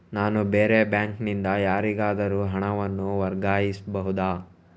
ನಾನು ಬೇರೆ ಬ್ಯಾಂಕ್ ನಿಂದ ಯಾರಿಗಾದರೂ ಹಣವನ್ನು ವರ್ಗಾಯಿಸಬಹುದ?